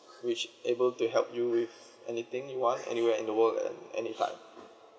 which able to help you with anything you want anywhere in the world and any time